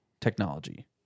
technology